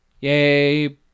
Yay